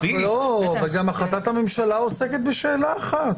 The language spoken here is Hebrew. וגם החלטת הממשלה עוסקת בשאלה אחת,